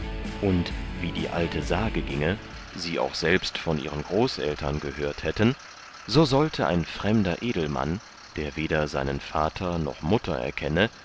und wie die alte sage gienge sie auch selbsten von ihren großeltern gehört hätten so sollte ein fremder edelmann der weder seinen vatter noch mutter erkenne